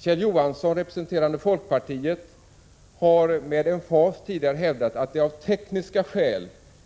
Kjell Johansson representerande folkpartiet har med emfas tidigare hävdat att det är tekniskt